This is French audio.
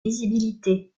visibilité